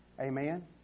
amen